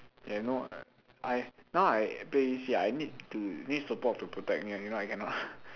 ya no I now I play A_D_C I need to need support to protect me ah if not I cannot